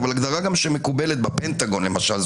אבל הגדרה גם שמקובלת בפנטגון למשל,